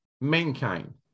mankind